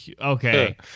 Okay